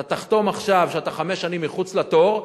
אתה תחתום עכשיו שאתה חמש שנים מחוץ לתור,